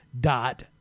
dot